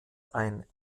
ein